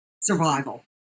survival